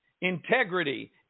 integrity